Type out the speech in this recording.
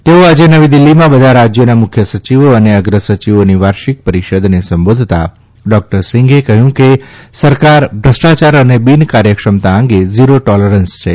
તેઓ આજે નવી દીલ્ફીમાં બધા રાજ્યાભા મુખ્ય સચિવ અને અગ્રસચિવાની વાર્ષિક પરિષદને સંબાધતાં ડાલ્ટર સિંઘે કહ્યું કે સરકાર ભ્રષ્ટાયાર અને બિનકાર્થક્ષમતા અંગે ઝીર ટાલરન્સ છે